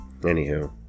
Anywho